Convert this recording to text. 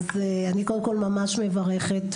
אז אני קודם כל ממש מברכת,